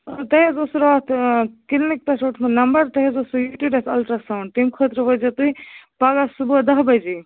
تۄہہِ حظ اوسوٕ راتھ کِلنِک پٮ۪ٹھ روٚٹمُت نمبر تۄہہِ حظ اوسوٕ یوٗٹِرٮ۪س اَلٹرٛا ساوُنٛڈ تَمہِ خاٍطرٕ وٲتۍزیٚو تُہۍ پگاہ صُبحے دَہ بَجے